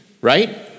right